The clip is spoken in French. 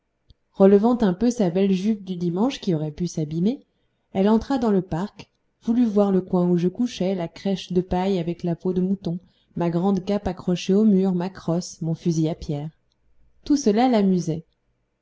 relevant un peu sa belle jupe du dimanche qui aurait pu s'abîmer elle entra dans le parc voulut voir le coin où je couchais la crèche de paille avec la peau de mouton ma grande cape accrochée au mur ma crosse mon fusil à pierre tout cela l'amusait